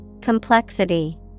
Complexity